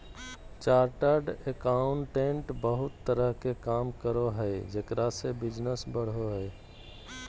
chartered accountant बहुत तरह के काम करो हइ जेकरा से बिजनस बढ़ो हइ